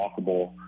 walkable